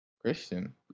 Christian